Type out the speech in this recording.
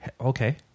Okay